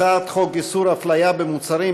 הצעת חוק איסור הפליה במוצרים,